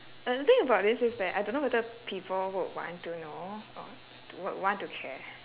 but the thing about this is that I don't know whether people would want to know or would want to care